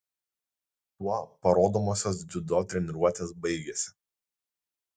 tuo parodomosios dziudo treniruotės baigėsi